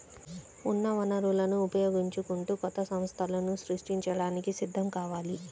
ఉన్న వనరులను ఉపయోగించుకుంటూ కొత్త సంస్థలను సృష్టించడానికి సిద్ధం కావాలి